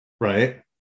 Right